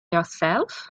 herself